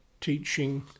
teaching